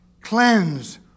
cleanse